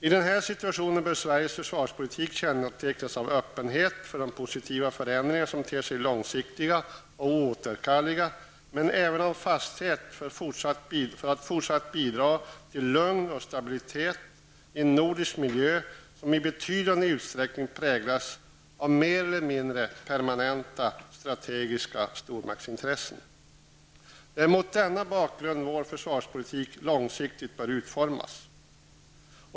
I denna situation bör Sveriges försvarspolitik kännetecknas av öppenhet för de positiva förändringar som ter sig långtsiktiga och oåterkalleliga, men även av fasthet för att fortsätta att bidra till lugn och stabilitet i en nordisk miljö som i betydande utsträckning präglas av mer eller mindre permanenta strategiska stormaktsintressen. Det är mot denna bakgrund vår försvarspolitik långsiktigt bör utformas.